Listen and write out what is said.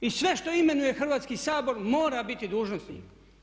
I sve što imenuje Hrvatski sabor mora biti dužnosnik.